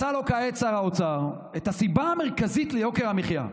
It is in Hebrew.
מצא לו כעת שר האוצר את הסיבה המרכזית ליוקר המחיה,